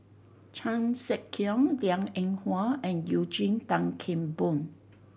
Chan Sek Keong Liang Eng Hwa and Eugene Tan Kheng Boon